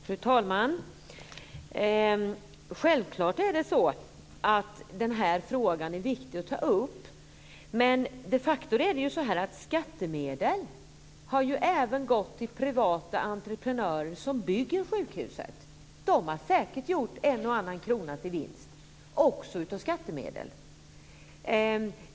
Fru talman! Självklart är den frågan viktig att ta upp. De facto har skattemedel även gått till privata entreprenörer som bygger sjukhuset. De har säkert gjort en och annan krona i vinst också av skattemedel.